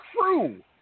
true